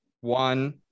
one